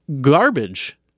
garbage